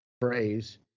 phrase